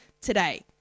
today